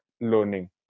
learning